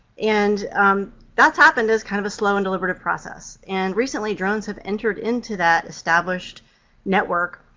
and that's happened as kind of a slow and deliberative process, and recently, drones have entered into that established network,